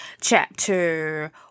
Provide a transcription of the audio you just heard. chapter